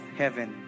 heaven